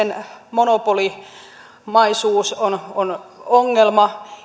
monopolimaisuus on on ongelma